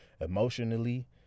emotionally